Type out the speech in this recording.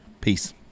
Peace